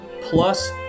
plus